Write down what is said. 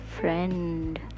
friend